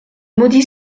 maudit